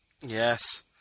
yes